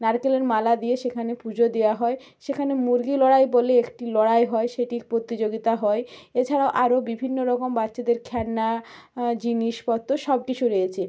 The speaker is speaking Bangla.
নারকেলের মালা দিয়ে সেখানে পুজো দেওয়া হয় সেখানে মুরগি লড়াই বলে একটি লড়াই হয় সেটির প্রতিযোগিতা হয় এছাড়া আরও বিভিন্ন রকম বাচ্চাদের খেলনা জিনিসপত্র সবকিছু রয়েছে